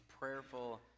prayerful